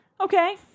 Okay